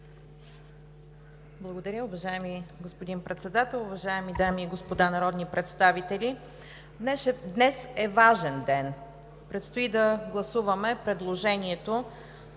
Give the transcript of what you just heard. Благодаря Ви, уважаеми господин Председател. Уважаеми дами и господа народни представители! Днес е важен ден – предстои да гласуваме предложението